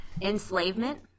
Enslavement